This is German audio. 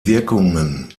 wirkungen